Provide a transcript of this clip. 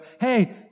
hey